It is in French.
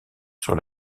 sur